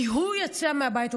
כי הוא יצא מהבית,